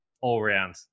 all-round